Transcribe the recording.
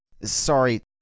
Sorry